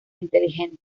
inteligente